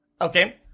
Okay